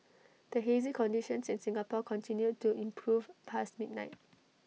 the hazy conditions in Singapore continued to improve past midnight